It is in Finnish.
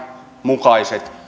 mukaiset